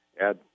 add